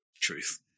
truth